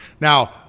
now